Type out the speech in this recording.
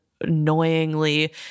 annoyingly